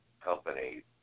company